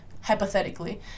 hypothetically